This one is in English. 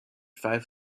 five